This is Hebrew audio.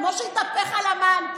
כמו שהתהפך על המן,